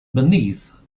beneath